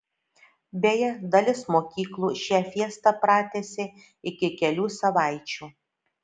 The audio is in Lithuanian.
beje dalis mokyklų šią fiestą pratęsė iki kelių savaičių